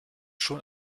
schon